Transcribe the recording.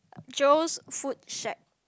Jo's food shack